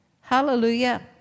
Hallelujah